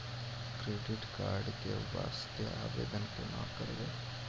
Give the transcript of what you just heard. Credit card के वास्ते आवेदन केना करबै?